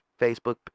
facebook